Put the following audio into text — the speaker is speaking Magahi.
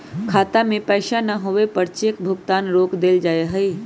खाता में पैसा न होवे पर चेक भुगतान रोक देयल जा हई